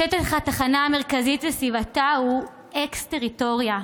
שטח התחנה המרכזית וסביבתה הוא אקס-טריטוריה,